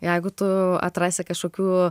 jeigu tu atrasi kažkokių